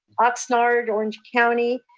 oxnard orange county.